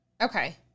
Okay